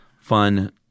fun